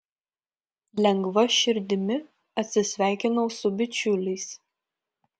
lengva širdimi atsisveikinau su bičiuliais